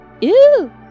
Ew